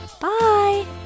Bye